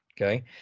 okay